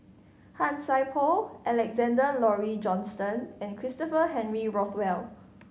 Han Sai Por Alexander Laurie Johnston and Christopher Henry Rothwell